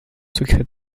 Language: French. secret